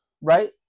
Right